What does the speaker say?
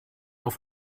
auf